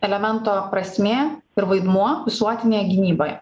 elemento prasmė ir vaidmuo visuotinėje gynyboje